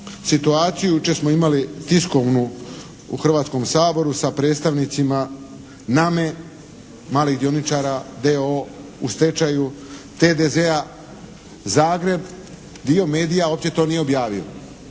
situaciju. Jučer smo imali tiskovnu u Hrvatskom saboru sa predstavnicima “Nama“-e, malih dioničara d.o.o. u stečaju, TDZ-a Zagreb. Dio medija uopće to nije objavio.